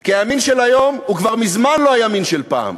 כי הימין של היום הוא כבר מזמן לא הימין של פעם,